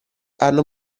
hanno